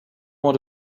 want